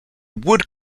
wood